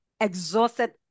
exhausted